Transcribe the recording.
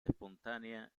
espontánea